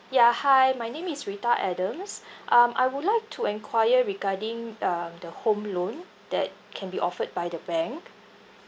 ya hi my name is rita adams um I would like to enquire regarding um the home loan that can be offered by the bank